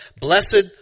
Blessed